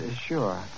sure